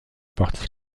parti